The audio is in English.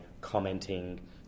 commenting